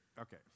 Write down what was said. Okay